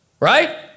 right